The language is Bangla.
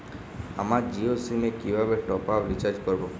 আমার জিও সিম এ কিভাবে টপ আপ রিচার্জ করবো?